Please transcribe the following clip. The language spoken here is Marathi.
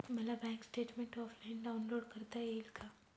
मला बँक स्टेटमेन्ट ऑफलाईन डाउनलोड करता येईल का?